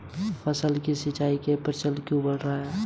टपक सिंचाई का प्रचलन क्यों बढ़ रहा है?